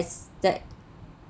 that